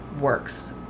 works